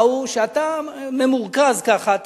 ראו שאתה ממורכז ככה,